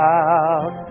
out